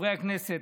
חברי הכנסת,